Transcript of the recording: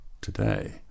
today